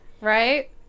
right